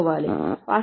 వాస్తవానికి ఇది A B C